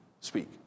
speak